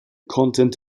content